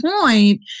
point